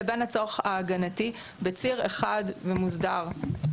לבין הצורך ההגנתי בציר אחד ומוסדר.